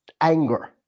anger